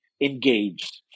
engaged